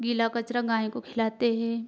गीला कचरा गाय को खिलाते हैं